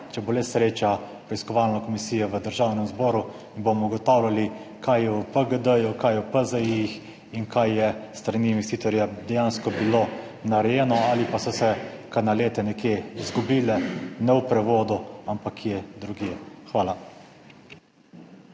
če bo le sreča, preiskovalne komisije v Državnem zboru in bomo ugotavljali kaj je v PGD-ju, kaj je v PZI-jih in kaj je s strani investitorja dejansko bilo narejeno ali pa so se kanalete nekje izgubile, ne v prevodu, ampak kje drugje? Hvala.